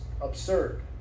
absurd